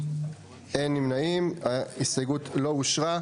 הצבעה בעד 3 נגד 4 ההסתייגות לא התקבלה.